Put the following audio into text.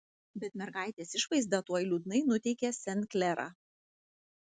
bet mergaitės išvaizda tuoj liūdnai nuteikė sen klerą